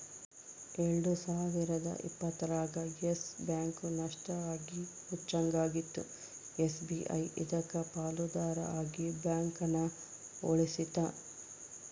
ಎಲ್ಡು ಸಾವಿರದ ಇಪ್ಪತ್ತರಾಗ ಯಸ್ ಬ್ಯಾಂಕ್ ನಷ್ಟ ಆಗಿ ಮುಚ್ಚಂಗಾಗಿತ್ತು ಎಸ್.ಬಿ.ಐ ಇದಕ್ಕ ಪಾಲುದಾರ ಆಗಿ ಬ್ಯಾಂಕನ ಉಳಿಸ್ತಿ